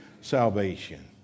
salvation